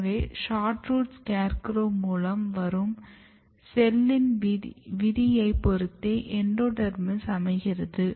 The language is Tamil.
எனவே SHORT ROOT SCARE CROW மூலம் வரும் செல்லின் விதியை பொறுத்தே எண்டோடெர்மிஸ் அமைகிறது